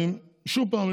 ושוב פעם,